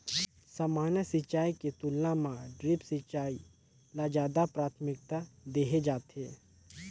सामान्य सिंचाई के तुलना म ड्रिप सिंचाई ल ज्यादा प्राथमिकता देहे जाथे